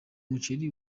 muceri